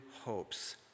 hopes